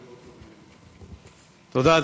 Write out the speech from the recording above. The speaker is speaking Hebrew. תודה.